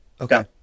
Okay